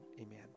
amen